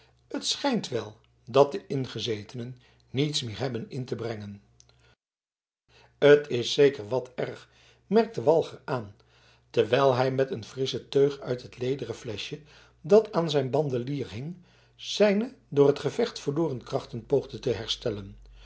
het schijnt wel dat de ingezetenen niets meer hebben in te brengen t is zeker wat erg merkte walger aan terwijl hij met een frissche teug uit het lederen fleschje dat aan zijn bandelier hing zijne door het gevecht verloren krachten poogde te herstellen